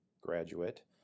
graduate